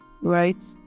Right